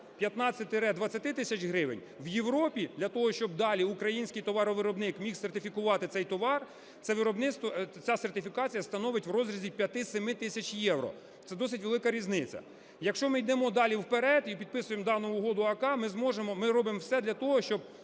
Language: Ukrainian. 15-20 тисяч гривень, у Європі для того, щоби далі український товаровиробник міг сертифікувати цей товар, це виробництво… ця сертифікація становить в розрізі 5-7 тисяч євро. Це досить велика різниця. Якщо ми йдемо далі вперед і підписуємо дану угоду АККА, ми зможемо… ми робимо все для того, щоби